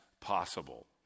possible